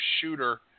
shooter